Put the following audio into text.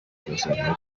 bwasobanuye